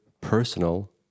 personal